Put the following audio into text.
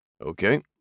Okay